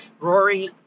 Rory